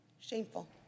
Shameful